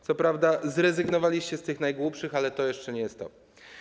Co prawda zrezygnowaliście z tych najgłupszych, ale to jeszcze nie jest to.